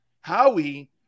Howie